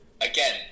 again